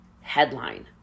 headline